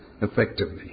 effectively